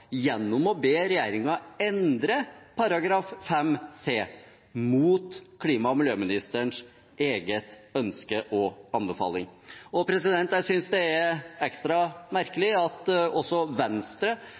gjennom å be regjeringen endre § 5 c mot klima- og miljøministerens eget ønske og anbefaling. Jeg synes det er ekstra